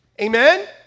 Amen